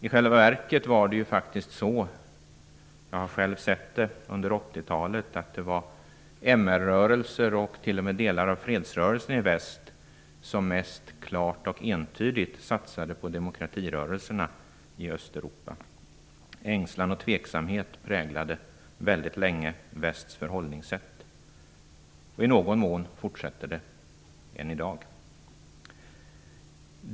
I själva verket var det under 80-talet - jag har själv sett det - MR-rörelser och t.o.m. fredsrörelsen i väst som mest klart och entydigt satsade på demokratirörelserna i Östeuropa. Ängslan och tveksamhet präglade väldigt länge västs förhållningssätt. I någon mån fortsätter det än i dag.